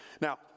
Now